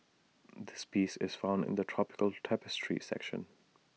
this piece is found in the tropical tapestry section